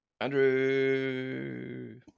Andrew